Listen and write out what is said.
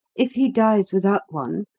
if he dies without one,